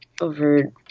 over